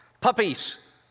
Puppies